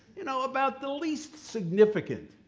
you know, about the least significant,